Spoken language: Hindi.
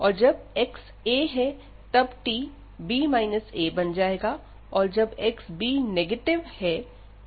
और जब x a है तब t b a बन जायेगा और जब xb तब यह जीरो हो जाएगा